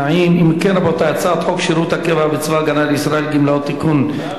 את הצעת חוק שירות הקבע בצבא-הגנה לישראל (גמלאות) (תיקון,